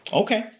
Okay